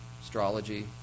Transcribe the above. Astrology